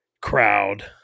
crowd